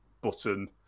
button